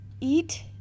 Eat